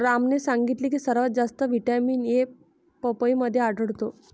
रामने सांगितले की सर्वात जास्त व्हिटॅमिन ए पपईमध्ये आढळतो